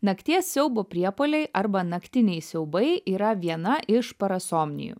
nakties siaubo priepuoliai arba naktiniai siaubai yra viena iš parasomnijų